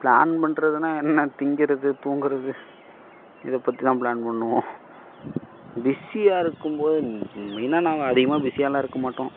plan பண்ணுறதுன்னா என்ன திங்கிறது தூங்குறது இதை பற்றி தான் ப்ளான் பண்ணுவோம் பிஸியாக இருக்கும் போது மெயினாக நாங்கள் அதிகமாக பிஸியாகலாம் இருக்க மாட்டோம்